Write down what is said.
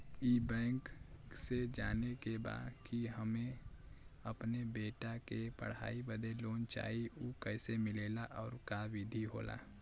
ई बैंक से जाने के बा की हमे अपने बेटा के पढ़ाई बदे लोन चाही ऊ कैसे मिलेला और का विधि होला?